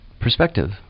perspective